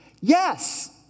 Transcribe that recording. Yes